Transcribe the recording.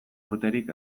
urterik